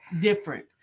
different